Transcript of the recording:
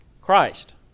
Christ